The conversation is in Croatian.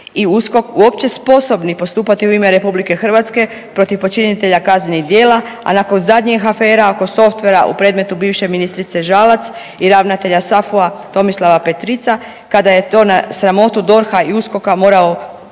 i USKOK uopće sposobni postupati u ime RH protiv počinitelja kaznenih djela, a nakon zadnjih afera oko softvera u predmetu bivše ministrice Žalac i ravnatelja SAFU-a Tomislava Petrica kada je to na sramotu DORH-a i USKOK-a morao